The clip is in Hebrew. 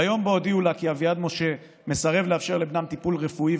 ביום שבו הודיעו לה כי אביעד משה מסרב לאפשר לבנם טיפול רפואי,